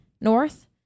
north